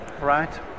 right